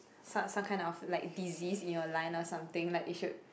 some some kind of like disease in your line or something like you should